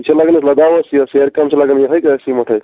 یہِ چھا لَگان یتھ لَداوَس سیٚرِ کٲمہِ چھا لَگان یِہےَ سیٖمینٛٹ حظ